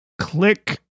click